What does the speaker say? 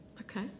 okay